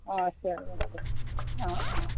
অঁ আছে অঁ আছে অঁ অঁ